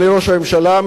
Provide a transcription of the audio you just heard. אדוני ראש הממשלה,